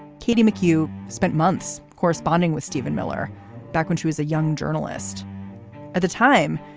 katie mccue spent months corresponding with steven miller back when she was a young journalist at the time.